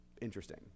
interesting